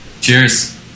Cheers